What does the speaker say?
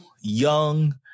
young